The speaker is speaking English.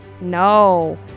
No